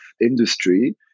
industry